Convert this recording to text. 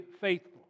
faithful